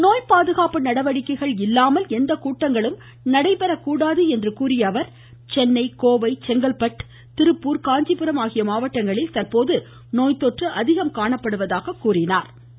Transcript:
நோய் பாதுகாப்பு நடவடிக்கைகள் இல்லாமல் ளந்தக் கூட்டங்களும் நடைபெற கூடாது என கூறிய அவர் சென்னை கோவை செங்கல்பட்டு திருப்பூர் காஞ்சிடரம் ஆகிய மாவட்டங்களில் தற்போது நோய்த்தொற்று அதிகம் காணப்படுவதாகவும் தெரிவித்தாா்